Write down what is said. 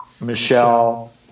Michelle